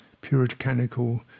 puritanical